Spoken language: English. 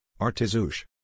Artizush